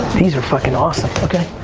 these are fucking awesome.